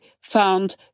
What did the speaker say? found